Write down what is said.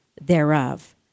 thereof